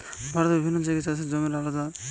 ভারতের বিভিন্ন জাগায় চাষের জমির আলদা দাম